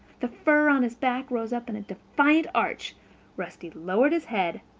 the fur on his back rose up in a defiant arch rusty lowered his head,